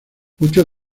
muchos